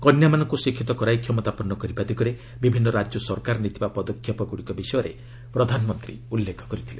କନ୍ୟାମାନଙ୍କୁ ଶିକ୍ଷିତ କରାଇ କ୍ଷମତାପନ୍ନ କରିବା ଦିଗରେ ବିଭିନ୍ନ ରାଜ୍ୟ ସରକାର ନେଇଥିବା ପଦକ୍ଷେପଗୁଡ଼ିକ ବିଷୟରେ ପ୍ରଧାନମନ୍ତ୍ରୀ ଉଲ୍ଲେଖ କରିଥିଲେ